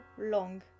long